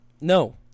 No